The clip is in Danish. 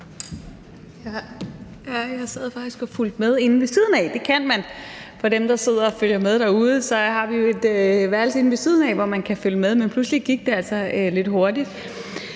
Jeg sad faktisk og fulgte med inde ved siden af. Det kan man. For dem, der sidder og følger med derude, kan jeg fortælle, at vi jo har et værelse inde ved siden af, hvor man kan følge med. Men pludselig gik det altså lidt hurtigt.